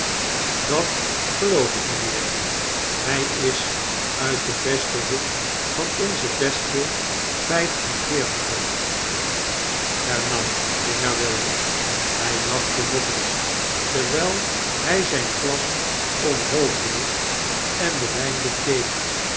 dat geloof ik meneer hy is uit den besten hoek van onzen besten vyf-en-veertiger hernam de heer wilding hy lachte nog eens terwyl hy zyn glas omhoog hield en den wyn bekeek